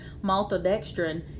maltodextrin